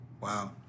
Wow